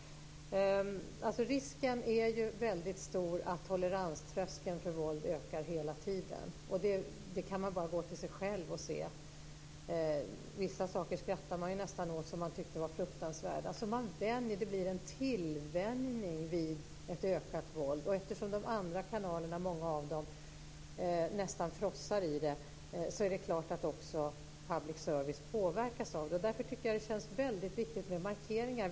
Risken är stor att toleranströskeln för våld hela tiden ökar. Man kan bara gå till sig själv och se det. Vissa saker skrattar man nästan åt som man tyckte var fruktansvärda. Det blir en tillvänjning vid ett ökat våld. Eftersom många av de andra kanalerna nästan frossar i det är det klart att också public service påverkas av det. Därför tycker jag att det känns viktigt med markeringar.